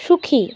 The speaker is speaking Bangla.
সুখী